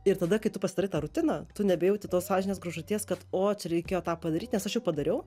ir tada kai tu pasidarai tą rutiną tu nebejauti tos sąžinės graužaties kad o čia reikėjo tą padaryt nes aš jau padariau